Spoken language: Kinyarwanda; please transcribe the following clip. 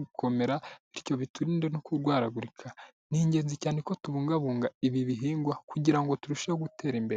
gukomera bityo biturinde no kurwaragurika ni ingenzi cyane ko tubungabunga ibi bihingwa kugira ngo turusheho gutera imbere.